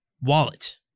wallet